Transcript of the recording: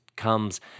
comes